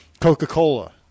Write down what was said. coca-cola